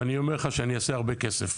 ואני אומר לך שאני אעשה הרבה כסף,